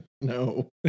No